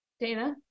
dana